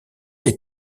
les